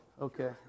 okay